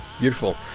Beautiful